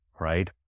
right